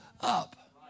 up